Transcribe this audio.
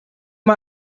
mal